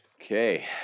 Okay